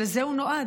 שלזה הוא נועד.